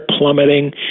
plummeting